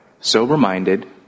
sober-minded